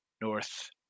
North